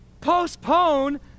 postpone